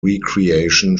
recreation